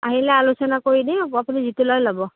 আহিলে আলোচনা কৰি দিম আ আপুনি যিটো লয় ল'ব